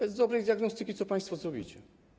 Bez dobrej diagnostyki co państwo zrobicie?